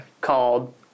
Called